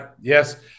yes